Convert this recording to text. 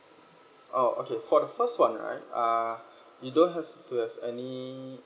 oh okay for the first [one] right uh you don't have to have any